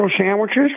sandwiches